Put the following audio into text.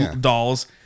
Dolls